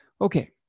okay